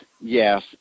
yes